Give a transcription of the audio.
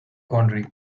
quandary